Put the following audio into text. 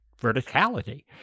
verticality